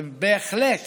ובהחלט